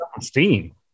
steam